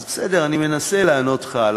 אז בסדר, אני מנסה לענות לך על